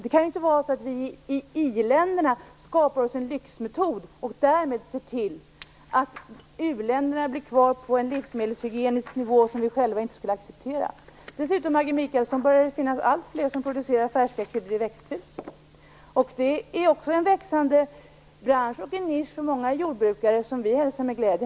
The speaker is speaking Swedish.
Det skall ju inte vara så vi i i-länderna skapar oss en lyxmetod och därmed ser till att u-länderna blir kvar på livsmedelshygienisk nivå som vi själva inte skulle acceptera. Dessutom börjar det finnas alltfler som producerar färska kryddor i växthus, Maggi Mikaelsson. Det är också en växande bransch och en nisch för många jordbrukare som vi hälsar med glädje.